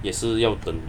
也是要等